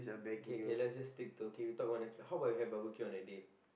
okay okay let's just stick to okay we talk about next week how about we have barbecue on that day